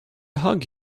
hug